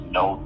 no